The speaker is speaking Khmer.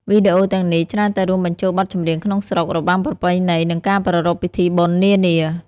វីដេអូទាំងនេះច្រើនតែរួមបញ្ចូលបទចម្រៀងក្នុងស្រុក របាំប្រពៃណី និងការប្រារព្ធពិធីបុណ្យនានា។